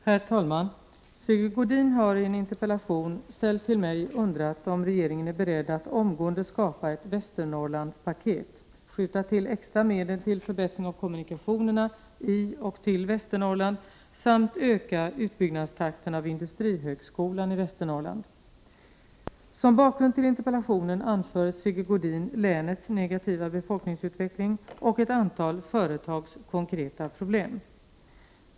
Herr talman! Sigge Godin har i en interpellation ställd till mig undrat om regeringen är beredd att omgående skapa ett Västernorrlandspaket, skjuta till extra medel till förbättring av kommunikationerna i och till Västernorrland samt öka utbyggnadstakten beträffande industrihögskolan i Västernorrland. Som bakgrund till interpellationen anger Sigge Godin länets negativa befolkningsutveckling och ett antal företags konkreta problem.